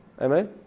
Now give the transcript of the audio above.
Amen